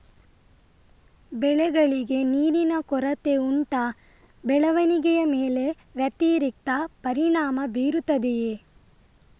ಬೆಳೆಗಳಿಗೆ ನೀರಿನ ಕೊರತೆ ಉಂಟಾ ಬೆಳವಣಿಗೆಯ ಮೇಲೆ ವ್ಯತಿರಿಕ್ತ ಪರಿಣಾಮಬೀರುತ್ತದೆಯೇ?